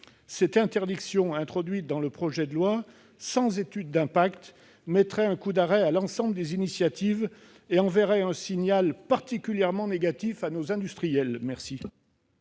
Cette interdiction introduite dans le projet de loi, sans étude d'impact, mettrait un coup d'arrêt à l'ensemble des initiatives et enverrait un signal particulièrement négatif à nos industriels.